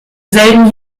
selben